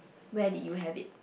where did you have it